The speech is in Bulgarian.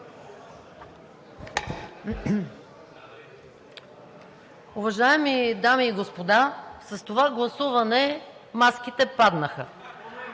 Уважаеми дами и господа! С това гласуване маските паднаха!